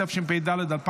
התשפ"ד 2023,